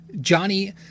Johnny